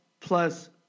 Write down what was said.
plus